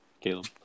Caleb